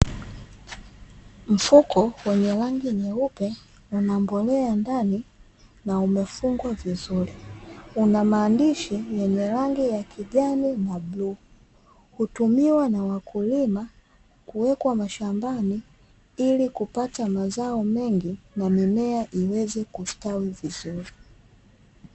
Mfuko wenye rangi nyeupe una mbolea ndani na umefungwa vizuri una maandishi yenye rangi ya kijani na bluu, hutumiwa na wakulima kuwekwa mashambani ili kupata mazao mengi na mimea iweze kustawi vizuri.